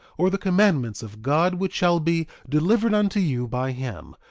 or the commandments of god which shall be delivered unto you by him,